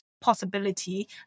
possibility